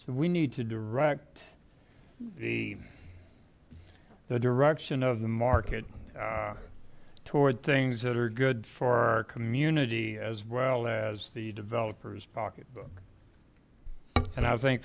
so we need to direct the the direction of the market toward things that are good for our community as well as the developer's pocketbook and i think